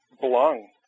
belong